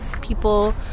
people